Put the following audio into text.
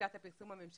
מלשכת הפרסום הממשלתית,